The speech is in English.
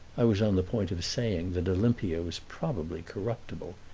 i was on the point of saying that olimpia was probably corruptible,